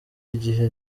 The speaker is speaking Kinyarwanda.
igihe